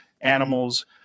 animals